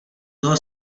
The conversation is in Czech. toho